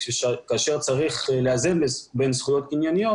כאשר צריך לאזן בין זכויות קנייניות,